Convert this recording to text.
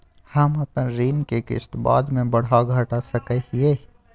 हम अपन ऋण के किस्त बाद में बढ़ा घटा सकई हियइ?